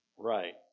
Right